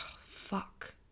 fuck